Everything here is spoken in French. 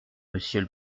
monsieur